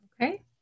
Okay